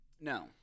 No